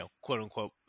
quote-unquote